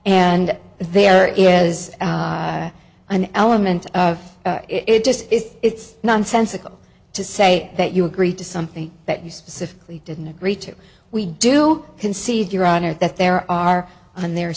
and there is an element of it just is it's nonsensical to say that you agree to something that you specifically didn't agree to we do concede your honor that there are and the